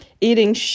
eating